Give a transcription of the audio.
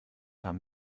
haben